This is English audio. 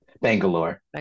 Bangalore